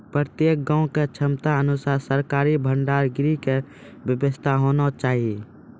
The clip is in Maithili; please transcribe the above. प्रत्येक गाँव के क्षमता अनुसार सरकारी भंडार गृह के व्यवस्था होना चाहिए?